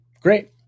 Great